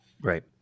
right